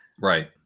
right